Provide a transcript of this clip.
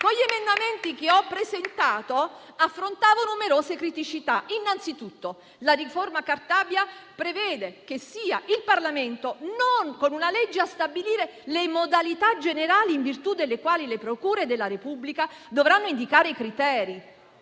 gli emendamenti che ho presentato affrontavo numerose criticità. Innanzitutto, la riforma Cartabia prevede che sia il Parlamento, con una legge, a stabilire le modalità generali in virtù delle quali le procure della Repubblica dovranno indicare i criteri